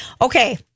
Okay